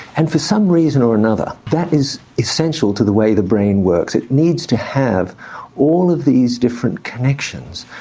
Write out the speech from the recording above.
and for some reason or another, that is essential to the way the brain works. it needs to have all of these different connections.